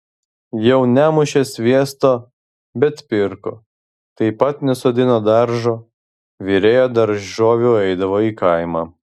jau nemušė sviesto bet pirko taip pat nesodino daržo virėja daržovių eidavo į kaimą